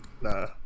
Nah